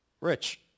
Rich